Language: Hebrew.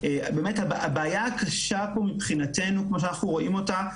באמת הבעיה הקשה פה מבחינתנו כפי שאנחנו רואים אותה,